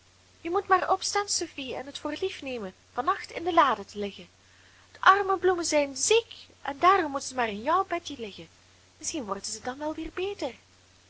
je moet maar opstaan sophie en het voor lief nemen van nacht in de lade te liggen de arme bloemen zijn ziek en daarom moeten ze maar in jouw bedje liggen misschien worden ze dan wel weer beter